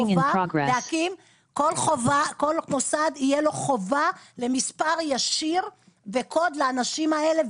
לכל מוסד תהיה חובה למספר ישיר וקוד לאנשים האלה.